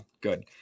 Good